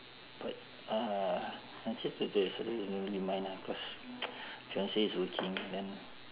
but uh today saturdays I don't really mind ah cause fiance is working then